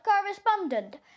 correspondent